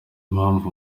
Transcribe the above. mpamvu